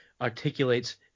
articulates